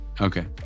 Okay